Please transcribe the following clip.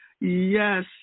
yes